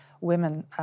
women